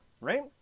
right